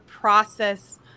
process